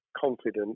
confident